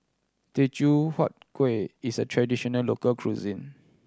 Teochew Huat Kuih is a traditional local cuisine